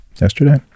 yesterday